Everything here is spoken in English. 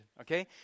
okay